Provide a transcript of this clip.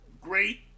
great